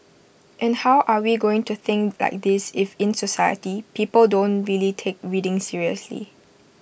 and how are we going to think like this if in society people don't really take reading seriously